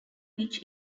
which